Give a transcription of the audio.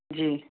جی